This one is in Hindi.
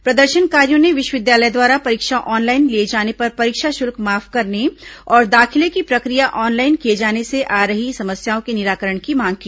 प्रदर्शनकारियों ने विश्वविद्यालय द्वारा परीक्षा ऑनलाइन लिए जाने पर परीक्षा शुल्क माफ करने और दाखिले की प्रक्रिया ऑनलाइन किए जाने से आ रही समस्याओं के निराकरण की मांग की